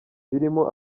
birimo